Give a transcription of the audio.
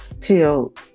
till